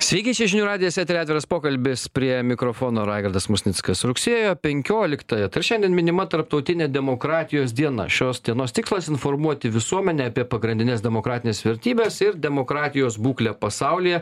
sveiki čia žinių radijas etery atviras pokalbis prie mikrofono raigardas musnickas rugsėjo penkioliktąją šiandien minima tarptautinė demokratijos diena šios dienos tikslas informuoti visuomenę apie pagrindines demokratines vertybes ir demokratijos būklę pasaulyje